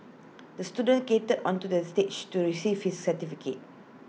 the student skated onto the stage to receive his certificate